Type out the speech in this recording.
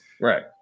Right